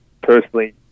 personally